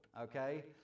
Okay